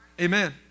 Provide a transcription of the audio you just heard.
amen